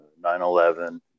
9-11